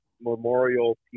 memorial